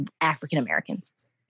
African-Americans